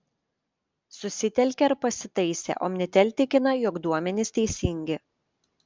susitelkė ir pasitaisė omnitel tikina jog duomenys teisingi